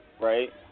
Right